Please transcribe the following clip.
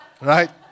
Right